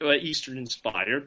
Eastern-inspired